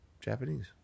Japanese